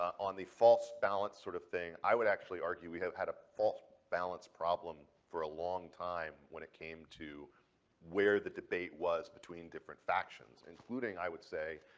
on the false balance sort of thing, i would actually argue we have had a false balance problem for a long time when it came to where the debate was between different factions, including i would say,